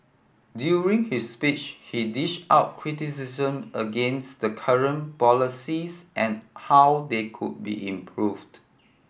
during his speech he dished out criticism against the current policies and how they could be improved